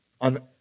on